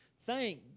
Thank